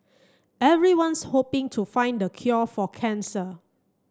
everyone's hoping to find the cure for cancer